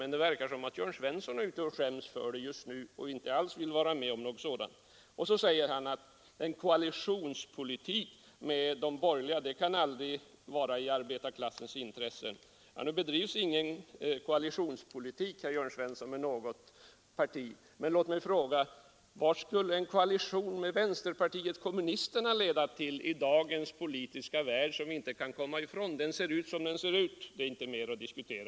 Men det verkar som om herr Jörn Svensson just Nr 89 nu skäms för det och inte alls vill vara med om någonting sådant. Måndagen den Sedan säger herr Jörn Svensson att en koalitionspolitik med de 27 maj 1974 borgerliga aldrig kan vara i arbetarklassens intresse. Ja, herr Jörn MH— Svensson, någon koalitionspolitik bedrivs inte med något parti. Men låt Allmänna pensionsfondens aktiepla mig få fråga vad en koalition med vänsterpartiet kommunisterna skulle leda till i dagens politiska värld, den värld som vi inte kan komma ifrån. Den ser ut som den gör. Därom finns inte mer att diskutera.